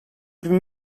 bin